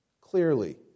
clearly